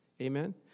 Amen